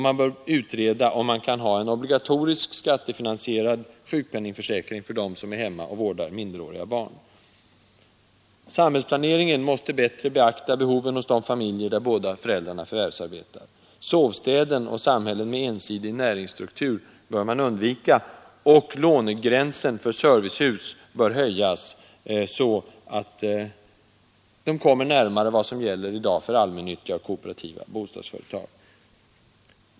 Man bör utreda om man kan införa en obligatorisk skattefinansierad sjukpenningförsäkring för dem som är hemma och vårdar minderåriga barn, Samhällsplaneringen måste bättre beakta behovet hos de familjer där båda föräldrarna förvärvsarbetar. Sovstäder och samhällen med ensidig samhällsstruktur bör undvikas. Lånegränsen för servicehus bör höjas, så att den kommer närmare vad som i dag gäller för allmänkooperativa bostadsföretag.